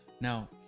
Now